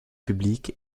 public